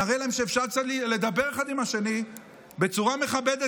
נראה להם שאפשר לדבר אחד עם השני בצורה מכבדת,